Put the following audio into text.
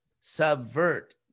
subvert